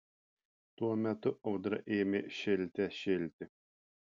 tuo metu audra ėmė šėlte šėlti